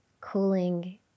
cooling